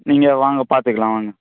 நீங்கள் வாங்க பார்த்துக்கலாம் வாங்க